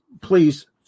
Please